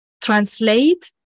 translate